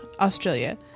Australia